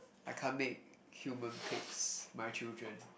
I can't make human pigs my children